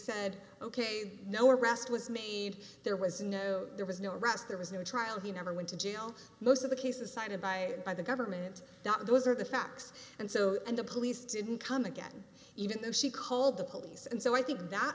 said ok no arrest was made there was no there was no arrest there was no trial he never went to jail most of the cases cited by by the government not those are the facts and so and the police didn't come again even though she called the police and so i think that